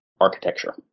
architecture